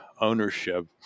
ownership